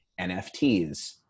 NFTs